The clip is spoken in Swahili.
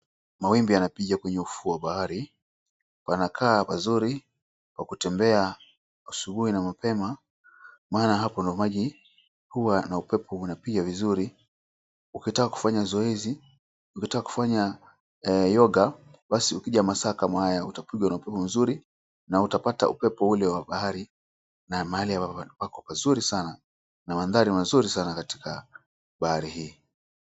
Mawimbi yanapiga kwenye ufuo wa bahari. Panakaa pazuri pa kutembea asubuhi na mapema maana hapo ndio maji huwa na upepo na pia vizuri ukitaka kufanya zoezi, ukitaka kufanya yoga basi ukija masaa kama haya utapigwa na upepo mzuri na utapata upepo ule wa bahari na mahali ambapo pako pazuri sana na mandhari mazuri sana katika bahari hii.